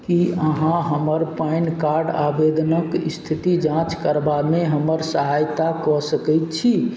कि अहाँ हमर पैन कार्ड आवेदनक इस्थितिके जाँच करबैमे हमर सहायता कऽ सकै छी